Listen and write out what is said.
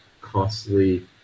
costly